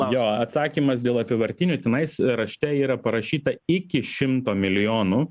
jo atsakymas dėl apyvartinių tenais rašte yra parašyta iki šimto milijonų